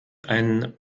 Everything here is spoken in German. ein